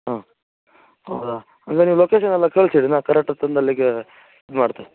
ಹಾಂ ಹೌದಾ ಹಂಗಾದರೆ ಲೊಕೇಶನೆಲ್ಲ ಕಳಿಸಿರಿ ನಾ ಕರೆಕ್ಟಾಗಿ ತಂದು ಅಲ್ಲಿಗೆ ಮಾಡ್ತೆ